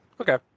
Okay